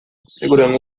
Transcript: segurando